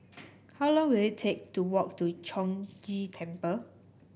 how long will it take to walk to Chong Ghee Temple